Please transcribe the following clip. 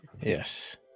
Yes